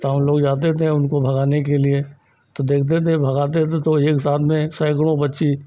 तो हमलोग जाते थे उनको भगाने के लिए तो देखते थे भगाते थे तो एक साथ में सैकड़ों पक्षी